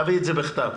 תביאי את זה בכתב.